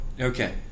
okay